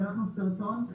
שלחנו סרטון,